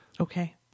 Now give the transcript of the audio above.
Okay